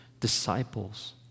disciples